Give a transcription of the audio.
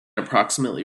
approximately